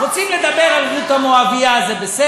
הוא מרוגז עלי, ובצדק.